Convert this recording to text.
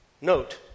Note